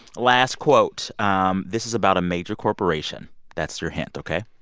last quote um this is about a major corporation. that's your hint, ok?